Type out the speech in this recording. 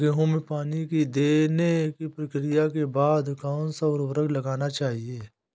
गेहूँ में पानी देने की प्रक्रिया के बाद कौन सा उर्वरक लगाना चाहिए?